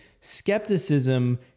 Skepticism